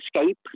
escape